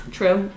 True